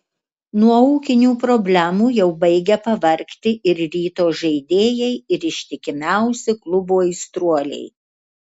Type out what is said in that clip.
nuo ūkinių problemų jau baigia pavargti ir ryto žaidėjai ir ištikimiausi klubo aistruoliai